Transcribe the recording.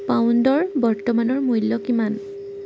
পাউণ্ডৰ বৰ্তমানৰ মূল্য কিমান